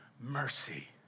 mercy